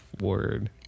word